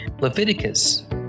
Leviticus